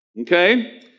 okay